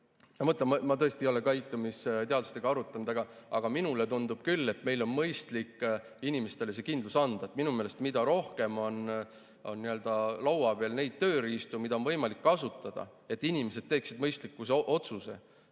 ma tõesti ei ole käitumisteadlastega neid asju arutanud, aga minule tundub küll, et meil on mõistlik inimestele see kindlus anda. Minu meelest on nii, et mida rohkem on laual tööriistu, mida on võimalik kasutada, selleks et inimesed teeksid mõistliku otsuse,